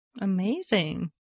Amazing